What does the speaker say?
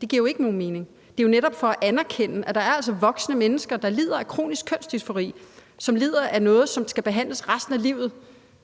Det giver ikke nogen mening. Det er jo netop for at anerkende, at der altså er voksne mennesker, der lider af kronisk kønsdysfori, som lider af noget, som de skal behandles resten af livet for,